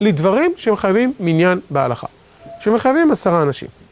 לדברים שמחייבים מניין בהלכה, שמחייבים עשרה אנשים.